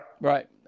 Right